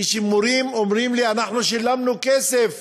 מורים אומרים לי: אנחנו שילמנו כסף,